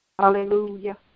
hallelujah